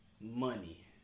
Money